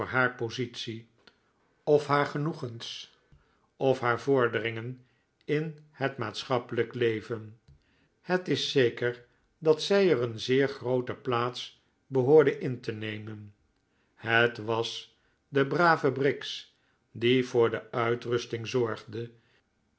haar positie of haar genoegens of haar vorderingen in het maatschappelijk leven het is zeker dat zij er een zeer groote plaats behoorde in tenemen het was de brave briggs die voor de uitrusting zorgde